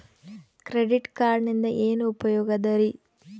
Credit ಕಾರ್ಡಿನಿಂದ ಏನು ಉಪಯೋಗದರಿ?